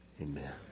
Amen